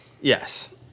yes